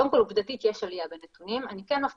קודם כל עובדתית יש עלייה בנתונים.